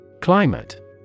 Climate